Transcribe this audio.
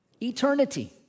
Eternity